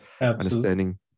understanding